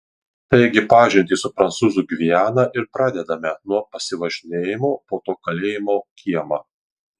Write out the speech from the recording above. taigi pažintį su prancūzų gviana ir pradedame nuo pasivažinėjimo po to kalėjimo kiemą